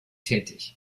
tätig